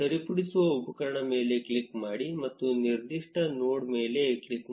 ಸರಿಪಡಿಸುವ ಉಪಕರಣ ಮೇಲೆ ಕ್ಲಿಕ್ ಮಾಡಿ ಮತ್ತು ನಿರ್ದಿಷ್ಟ ನೋಡ್ ಮೇಲೆ ಕ್ಲಿಕ್ ಮಾಡಿ